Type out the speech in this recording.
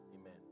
Amen